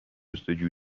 جستجو